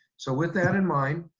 so with that in mind,